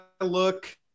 look